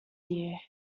year